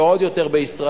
ועוד יותר בישראל,